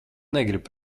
negrib